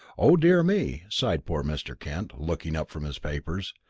oh, dear me, sighed poor mr. kent, looking up from his papers.